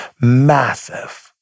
Massive